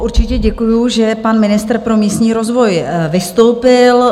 Určitě děkuju, že pan ministr pro místní rozvoj vystoupil.